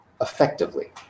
effectively